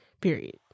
period